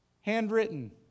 Handwritten